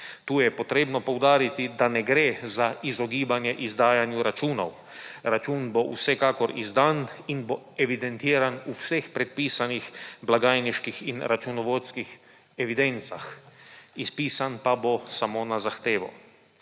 Tu je potrebno poudariti, da ne gre za izogibanje izdajanju računov. Račun bo vsekakor izdan in bo evidentiran v vseh predpisanih blagajniških in računovodskih evidencah. Izpisan pa bo samo na zahtevo.